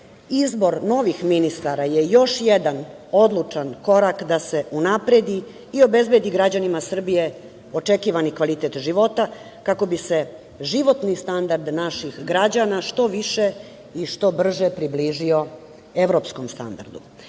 Izbor novih ministara je još jedan odlučan korak da se unapredi i obezbedi građanima Srbije očekivani kvalitet života kako bi se životni standard naših građana što više i što brže približio evropskom standardu. Gledajući